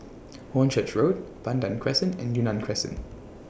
Hornchurch Road Pandan Crescent and Yunnan Crescent